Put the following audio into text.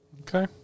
Okay